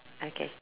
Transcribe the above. okay